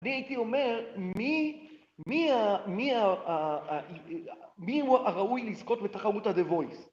אני הייתי אומר, מי הוא הראוי לזכות בתחרות ה-The Voice?